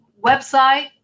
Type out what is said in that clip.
website